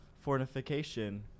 fortification